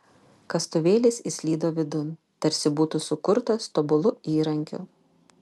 kastuvėlis įslydo vidun tarsi būtų sukurtas tobulu įrankiu